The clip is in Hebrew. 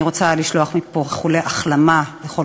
אני רוצה לשלוח מפה איחולי החלמה לכל